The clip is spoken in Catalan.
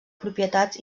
propietats